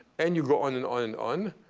and you go on and on and on.